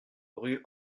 rue